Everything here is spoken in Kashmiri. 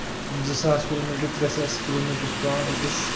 زٕ ساس کِلو میٖٹر ترٛےٚ ساس کِلو میٖٹر چھُ پیٚوان أکِس